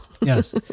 Yes